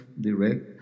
direct